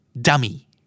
dummy